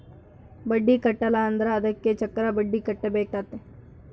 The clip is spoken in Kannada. ಬಡ್ಡಿ ಕಟ್ಟಿಲ ಅಂದ್ರೆ ಅದಕ್ಕೆ ಚಕ್ರಬಡ್ಡಿ ಕಟ್ಟಬೇಕಾತತೆ